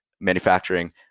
manufacturing